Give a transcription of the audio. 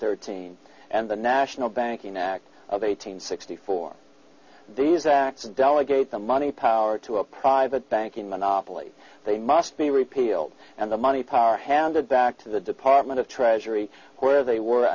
thirteen and the national banking act of eight hundred sixty four these acts delegate the money power to a private banking monopoly they must be repealed and the money power handed back to the department of treasury where they were